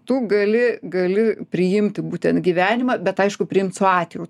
tu gali gali priimti būtent gyvenimą bet aišku priimt su atjauta